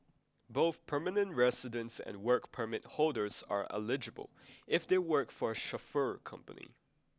both permanent residents and work permit holders are eligible if they work for a chauffeur company